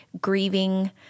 grieving